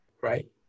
right